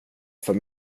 för